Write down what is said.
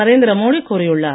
நரேந்திர மோடி கூறியுள்ளார்